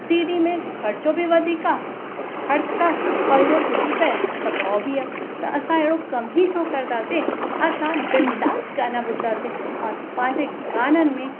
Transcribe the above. C D में ख़र्चो बि वधीक आहे ख़र्च कर और उहो टुटी पिए त भउ बि आहे त असां अहिड़ो कम ई करंदासीं असां बिंदास गाना ॿुधंदासीं और पंहिंजे गाननि में